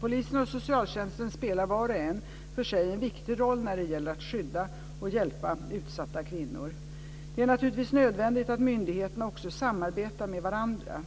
Polisen och socialtjänsten spelar var och en för sig en viktig roll när det gäller att skydda och hjälpa utsatta kvinnor. Det är naturligtvis nödvändigt att myndigheterna också samarbetar med varandra.